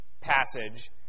passage